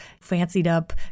fancied-up